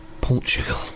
Portugal